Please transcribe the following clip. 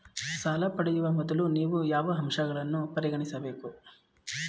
ಸಾಲ ಪಡೆಯುವ ಮೊದಲು ನೀವು ಯಾವ ಅಂಶಗಳನ್ನು ಪರಿಗಣಿಸಬೇಕು?